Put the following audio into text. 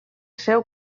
seu